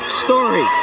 story